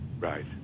Right